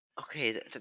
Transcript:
Okay